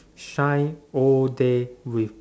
shine all day with